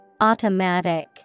Automatic